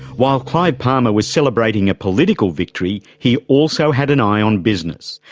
while clive palmer was celebrating a political victory, he also had an eye on business.